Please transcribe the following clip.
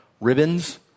ribbons